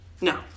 No